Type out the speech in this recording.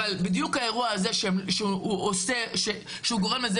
אבל בדיוק האירוע הזה שהוא גורם לזה